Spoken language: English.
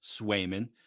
Swayman